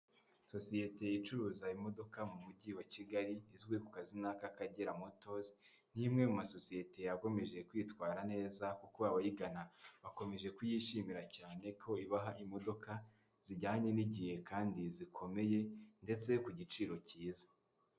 Sosiyete icuruza imodoka mu mujyi wa Kigali izwi ku kazi ka Akagera montose nk' imwe mu masosiyete yakomeje kwitwara neza kuko abayigana bakomeje kuyishimira cyane ko ibaha imodoka zijyanye n'igihe kandi zikomeye ndetse ku giciro cyiza.